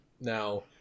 Now